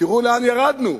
תראו לאן ירדנו,